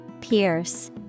pierce